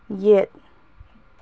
ꯌꯦꯠ